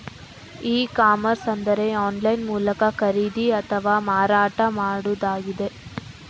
E commerce ಅಂದ್ರೆ online ಮೂಲಕ ಖರೀದಿ ಅಥವಾ ಮಾರಾಟ ಮಾಡುದಾಗಿದೆ